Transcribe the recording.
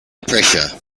pressure